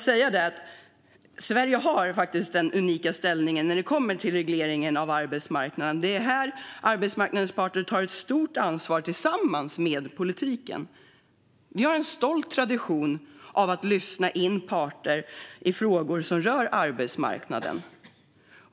Sverige har en unik ställning när det kommer till regleringen av arbetsmarknaden. Här tar arbetsmarknadens parter ett stort ansvar tillsammans med politiken. Vi har en stolt tradition av att lyssna in parterna i frågor som rör arbetsmarknaden.